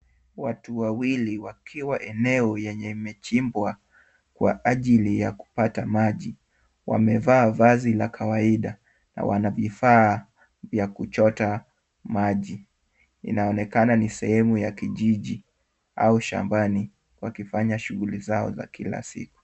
Watu wawili wakiwa eneo yenye imechimbwa kwa ajili ya kupata maji. Wamevaa vazi la kawaida na wana vifaa vya kuchota maji. Inaonekana ni sehemu ya kijiji au shambani wakifanya shughuli zao za kila siku.